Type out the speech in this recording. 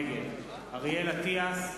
נגד אריאל אטיאס,